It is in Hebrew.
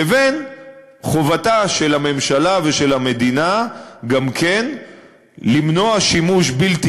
לבין חובתה של הממשלה ושל המדינה גם כן למנוע שימוש בלתי